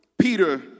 Peter